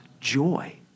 joy